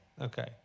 Okay